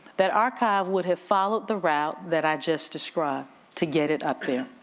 that archive would have followed the route that i just described to get it up there.